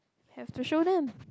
have to show them